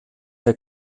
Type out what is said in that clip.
der